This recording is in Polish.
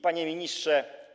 Panie Ministrze!